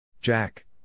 Jack